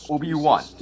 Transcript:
Obi-Wan